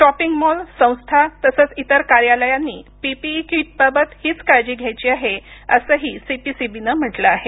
shopping mall संस्था तसंच इतर कार्यालयांनी पीपीई कीट बाबतही हीच काळजी घ्यायची आहे असही सी पी सी बी नं म्हटलं आहे